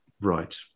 Right